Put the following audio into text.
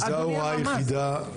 זה ההוראה היחידה.